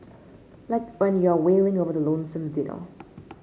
like when you're wailing over the lonesome dinner